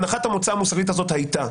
הנחת המוצא המוסרית הזאת הייתה,